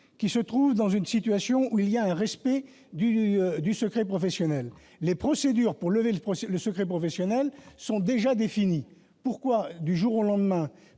qui se trouvent dans une situation où il y a un respect du secret professionnel. Les procédures pour lever le secret professionnel sont déjà définies. Pourquoi, du jour au lendemain,